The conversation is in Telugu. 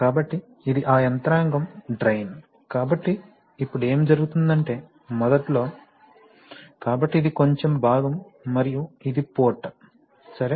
కాబట్టి ఇది ఆ యంత్రాంగం డ్రైన్ కాబట్టి ఇప్పుడు ఏమి జరుగుతుందంటే మొదట్లో కాబట్టి ఇది కొంచెం భాగం మరియు ఇది పోర్ట్ సరే